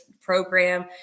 program